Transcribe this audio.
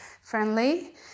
friendly